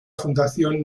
fundación